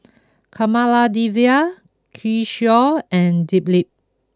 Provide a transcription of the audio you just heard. Kamaladevi Kishore and Dilip